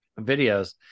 videos